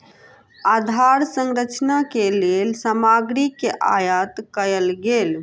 आधार संरचना के लेल सामग्री के आयत कयल गेल